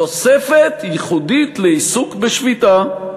תוספת ייחודית לעיסוק בשפיטה.